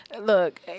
look